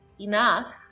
enough